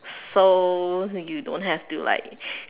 so you don't have to like